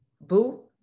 boo